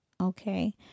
Okay